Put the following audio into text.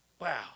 Wow